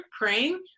praying